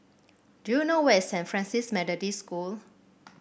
do you know where is Saint Francis Methodist School